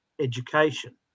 education